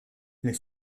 les